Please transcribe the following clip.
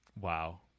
Wow